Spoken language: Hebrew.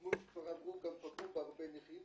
שכמו שכבר אמרו גם פגעו בהרבה נכים.